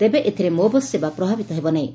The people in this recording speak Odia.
ତେବେ ଏଥିରେ ମୋ ବସ୍ ସେବା ପ୍ରଭାବିତ ହେବ ନାହିଁ